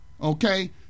okay